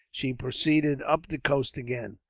she proceeded up the coast again.